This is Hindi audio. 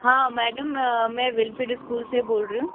हाँ मैडम मैं विलफीड इस्कूल से बोल रही हूँ